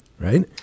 right